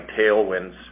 tailwinds